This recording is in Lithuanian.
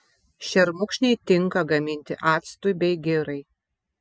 šermukšniai tinka gaminti actui bei girai